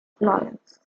florence